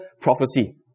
prophecy